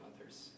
others